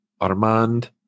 Armand